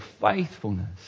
faithfulness